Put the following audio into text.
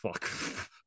fuck